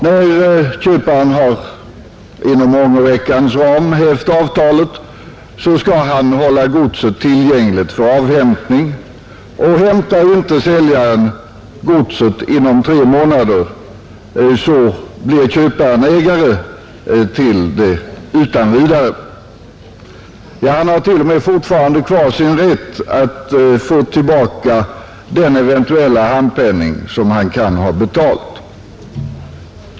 När köparen har inom ångerveckans ram hävt avtalet, skall han hålla godset tillgängligt för avhämtning, och hämtar säljaren inte godset inom tre månader blir köparen utan vidare ägare till det. Han har t.o.m., kvar sin rätt att få tillbaka den eventuella handpenning som han kan ha betalat.